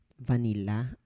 vanilla